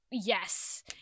Yes